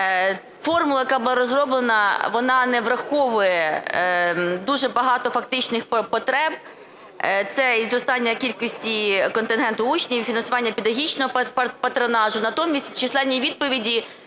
Формула, яка була розроблена, вона не враховує дуже багато фактичних потреб. Це і зростання кількості контингенту учнів, і фінансування педагогічного патронажу.